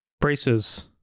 Braces